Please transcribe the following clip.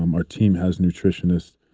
um our team has nutritionists.